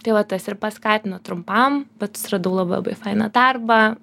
tai va tas ir paskatino trumpam bet susiradau labai labai fainą darbą